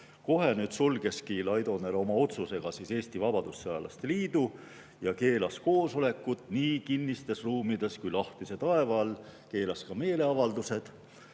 Kohe sulgeski Laidoner oma otsusega Eesti Vabadussõjalaste Liidu ja keelas koosolekud nii kinnistes ruumides kui ka lahtise taeva all, ta keelas ka meeleavaldused.